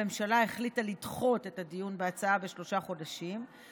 הממשלה החליטה לדחות את הדיון בהצעה בשלושה חודשים,